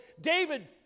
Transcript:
David